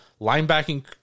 Linebacking